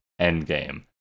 Endgame